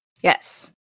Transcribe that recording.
Yes